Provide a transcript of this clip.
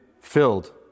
filled